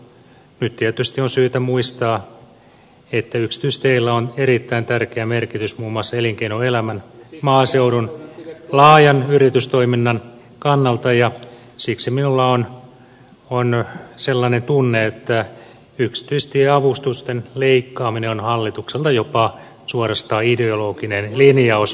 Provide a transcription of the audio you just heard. nyt tietysti on syytä muistaa että yksityisteillä on erittäin tärkeä merkitys muun muassa elinkeinoelämän maaseudun laajan yritystoiminnan kannalta ja siksi minulla on sellainen tunne että yksityistieavustusten leikkaaminen on hallitukselta jopa suorastaan ideologinen linjaus